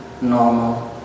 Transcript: normal